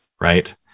right